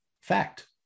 fact